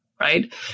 right